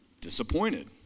Disappointed